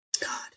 God